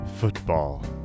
football